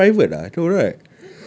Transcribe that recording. oh it's private ah no right